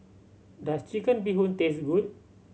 does Chicken Bee Hoon taste good